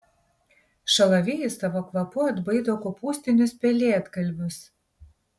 šalavijai savo kvapu atbaido kopūstinius pelėdgalvius